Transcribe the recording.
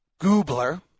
Goobler